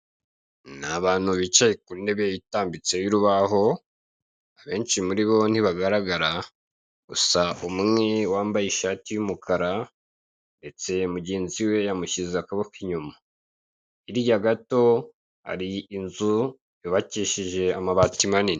Ni abantu bicaye ku ntebe itambitse y'urubaho abenshi muri bo ntibagaragara gusa umwe wambaye ishati y'umukara ndetse mugenzi we yamushyize akaboko inyuma, hirya gato hari inzu yubakishije amabati manini.